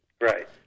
Right